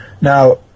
Now